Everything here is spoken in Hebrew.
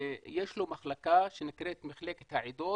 יש לו מחלקה שנקראת "מחלקת העדות"